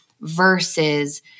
versus